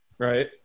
Right